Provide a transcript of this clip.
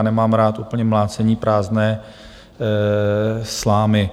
Nemám rád úplně mlácení prázdné slámy.